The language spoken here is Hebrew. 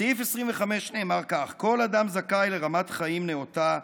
בסעיף 25 נאמר כך: "כל אדם זכאי לרמת חיים נאותה,